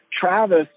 Travis